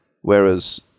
whereas